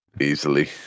Easily